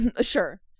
Sure